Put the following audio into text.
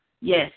Yes